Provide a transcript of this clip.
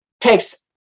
takes